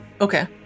Okay